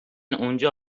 اونجا